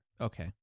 okay